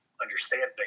Understanding